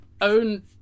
own